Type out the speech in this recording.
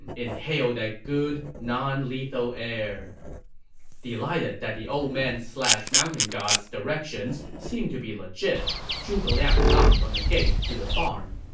and inhale that good, non-lethal air delighted that the old man slash mountain god's directions seem to be legit, zhuge liang knocked on the gate to the farm.